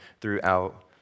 throughout